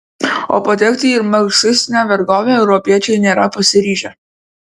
o patekti į marksistinę vergovę europiečiai nėra pasiryžę